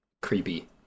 creepy